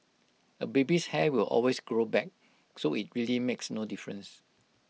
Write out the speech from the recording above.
A baby's hair will always grow back so IT really makes no difference